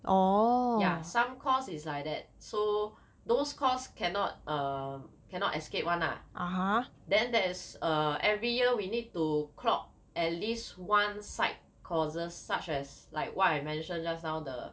yeah some course is like that so those course cannot um cannot escape [one] lah then there's a every year we need to clock at least one side courses such as like what I mentioned just now the